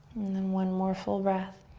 and then one more full breath.